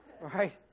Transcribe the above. Right